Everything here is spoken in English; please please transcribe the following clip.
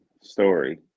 story